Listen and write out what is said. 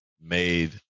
made